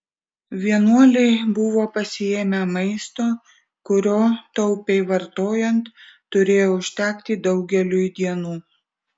vienuoliai buvo pasiėmę maisto kurio taupiai vartojant turėjo užtekti daugeliui dienų